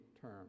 term